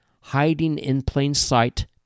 hiding-in-plain-sight